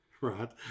right